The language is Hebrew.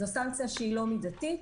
היא לא מידתית.